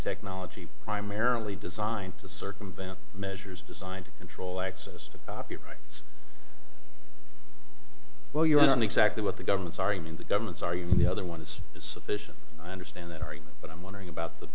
technology primarily designed to circumvent measures designed to control access to copyrights well you want exactly what the governments are even the governments are you and the other one is sufficient i understand that argument but i'm wondering about the